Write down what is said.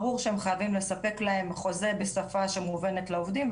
ברור שהם צריכים לספק להם חוזה בשפה שמובנת לעובדים.